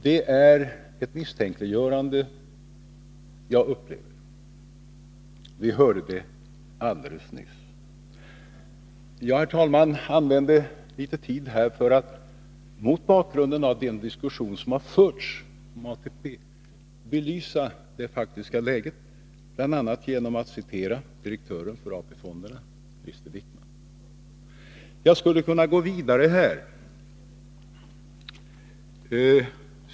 Det är ett misstänkliggörande jag upplever. Vi hörde det alldeles nyss. Jag använde litet tid för att mot bakgrunden av den diskussion som har förts om ATP belysa det faktiska läget, bl.a. genom att citera direktören för AP-fonderna, Krister Wickman. Jag skulle kunna gå vidare.